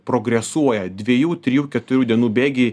progresuoja dviejų trijų keturių dienų bėgy